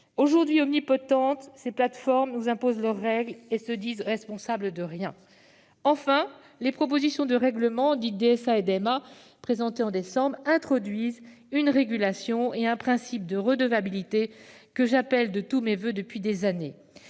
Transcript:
aujourd'hui omnipotentes, ces plateformes nous imposent leurs règles et disent n'être responsables de rien ! Enfin, les propositions de règlement DSA et DMA, présentées en décembre, introduisent une régulation et un principe de redevabilité que j'appelle de mes voeux depuis des années